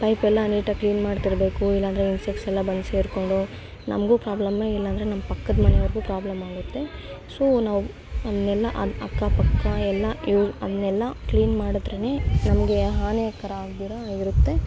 ಪೈಪೆಲ್ಲ ನೀಟಾಗಿ ಕ್ಲೀನ್ ಮಾಡ್ತಿರಬೇಕು ಇಲ್ಲಾಂದ್ರೆ ಇನ್ಸೆಕ್ಟ್ಸ್ ಎಲ್ಲ ಬಂದು ಸೇರಿಕೊಂಡು ನಮಗೂ ಪ್ರಾಬ್ಲಮ್ಮೆ ಇಲ್ಲಾಂದ್ರೆ ನಮ್ಮ ಪಕ್ಕದ್ಮನೇವ್ರಿಗೂ ಪ್ರಾಬ್ಲಮ್ ಆಗುತ್ತೆ ಸೊ ನಾವು ಅದನ್ನೆಲ್ಲ ಅಕ್ಕಪಕ್ಕ ಎಲ್ಲ ಇವ್ರು ಅದನ್ನೆಲ್ಲ ಕ್ಲೀನ್ ಮಾಡಿದ್ರೆನೇ ನಮಗೆ ಹಾನಿಕರ ಆಗದಿರೋ ಇರುತ್ತೆ